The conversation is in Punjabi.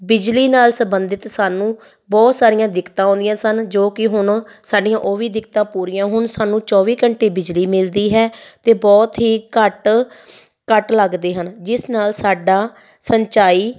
ਬਿਜਲੀ ਨਾਲ ਸੰਬੰਧਿਤ ਸਾਨੂੰ ਬਹੁਤ ਸਾਰੀਆਂ ਦਿੱਕਤਾਂ ਆਉਂਦੀਆਂ ਸਨ ਜੋ ਕਿ ਹੁਣ ਸਾਡੀਆਂ ਉਹ ਵੀ ਦਿੱਕਤਾਂ ਪੂਰੀਆਂ ਹੋਣ ਸਾਨੂੰ ਚੌਵੀ ਘੰਟੇ ਬਿਜਲੀ ਮਿਲਦੀ ਹੈ ਅਤੇ ਬਹੁਤ ਹੀ ਘੱਟ ਕੱਟ ਲੱਗਦੇ ਹਨ ਜਿਸ ਨਾਲ ਸਾਡਾ ਸੰਚਾਈ